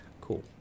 cool